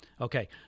Okay